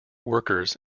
workers